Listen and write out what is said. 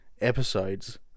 episodes